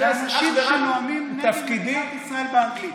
אנשים שנואמים נגד מדינת ישראל באנגלית.